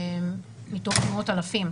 מתוך מאות אלפים.